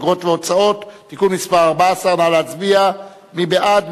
אגרות והוצאות (תיקון מס' 14), מי בעד?